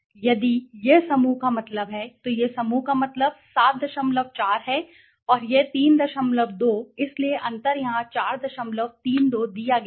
यदि यह समूह का मतलब है तो यह समूह का मतलब 74 है और यह 32 इसलिए अंतर यहाँ 432 दिया गया है